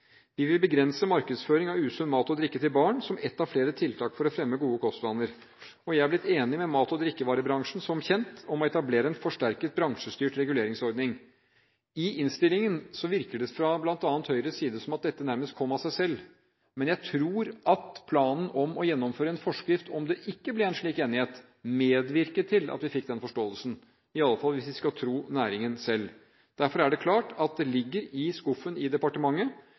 Vi vil begrense markedsføring av usunn mat og drikke til barn som ett av flere tiltak for å fremme gode kostvaner, og jeg er som kjent blitt enig med mat- og drikkevarebransjen om å etablere en forsterket, bransjestyrt reguleringsordning. I innstillingen virker det, bl.a. fra Høyres side, som at dette nærmest kom av seg selv, men jeg tror at planen om å gjennomføre en forskrift om det ikke ble en slik enighet, medvirket til at vi fikk den forståelsen – iallfall hvis vi skal tro næringen selv. Derfor ligger det i skuffen i departementet